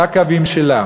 בקווים שלה.